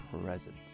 presence